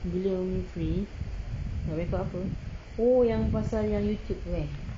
bila umi free nak record apa oh yang pasal yang youtube tu eh